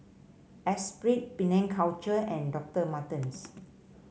Esprit Penang Culture and Doctor Martens